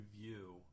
review